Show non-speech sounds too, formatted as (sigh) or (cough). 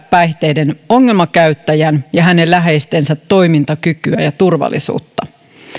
(unintelligible) päihteiden ongelmakäyttäjän ja hänen läheistensä toimintakykyä ja turvallisuutta